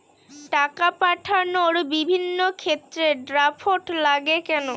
টাকা পাঠানোর বিভিন্ন ক্ষেত্রে ড্রাফট লাগে কেন?